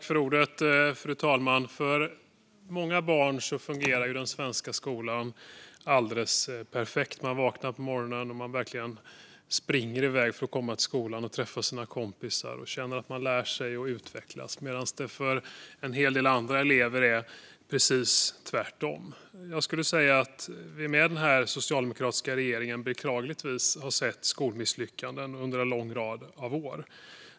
Fru talman! För många barn fungerar den svenska skolan alldeles perfekt. Man vaknar på morgonen och springer verkligen iväg för att komma till skolan och träffa sina kompisar. Man känner att man lär sig och utvecklas. Men för en hel del andra elever är det precis tvärtom. Jag skulle säga att vi med denna socialdemokratiska regering beklagligtvis har sett skolmisslyckanden under en lång rad av år.